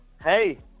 Hey